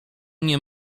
nie